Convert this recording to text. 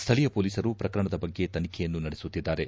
ಸ್ಥಳೀಯ ಷೊಲೀಸರು ಪ್ರಕರಣದ ಬಗ್ಗೆ ತನಿಖೆಯನ್ನು ನಡೆಸುತ್ತಿದ್ದಾರೆ